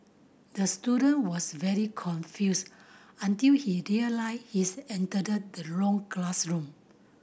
the student was very confused until he realised he's entered the wrong classroom